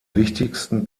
wichtigsten